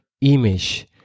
image